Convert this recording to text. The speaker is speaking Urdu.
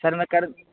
سر میں کر